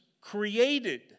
created